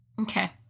Okay